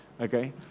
okay